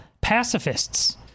pacifists